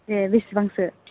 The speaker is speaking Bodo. ए बेसेबांसो